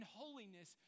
holiness